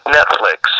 Netflix